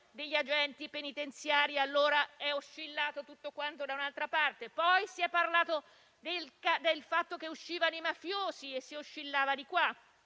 degli agenti penitenziari e allora è oscillato tutto da un'altra parte; poi si è parlato del fatto che dal carcere uscivano i mafiosi e si è oscillato di qua,